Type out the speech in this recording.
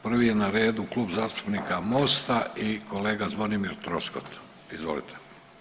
Prvi je na redu Klub zastupnika MOST-a i kolega Zvonimir Troskot, izvolite.